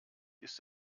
ist